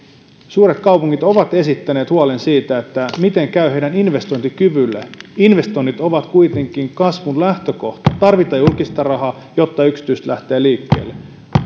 suuret kaupungit ovat esittäneet huolen siitä miten käy niiden investointikyvylle investoinnit ovat kuitenkin kasvun lähtökohta tarvitaan julkista rahaa jotta yksityiset lähtevät liikkeelle